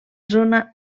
zona